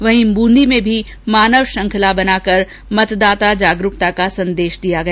वहीं बूंदी में भी मानव श्रंखला बनाकर मतदाता जागरूकता का संदेश दिया गया